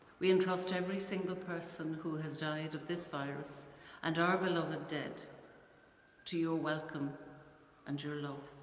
we entrust every single person who has died of this virus and our beloved dead to your welcome and your love.